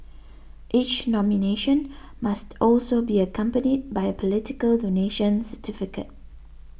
each nomination must also be accompanied by a political donation certificate